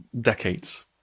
decades